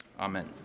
Amen